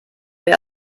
wer